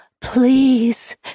Please